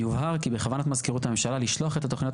"יובהר כי בכוונת מזכירות הממשלה לשלוח את התוכניות